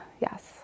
yes